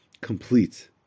complete